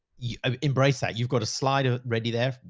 you um embrace that you've got a slider ready there,